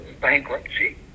bankruptcy